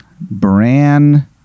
Bran